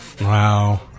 Wow